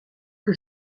que